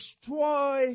destroy